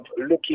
looking